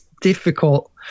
difficult